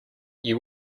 you